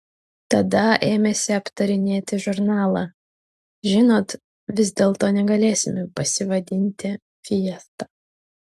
tada ėmėsi aptarinėti žurnalą žinot vis dėlto negalėsime pasivadinti fiesta